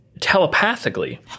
telepathically